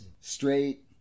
Straight